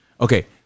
Okay